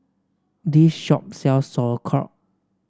this shop sells Sauerkraut